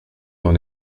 dans